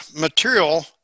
material